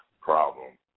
problem